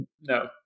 no